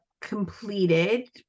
completed